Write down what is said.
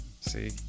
See